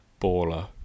baller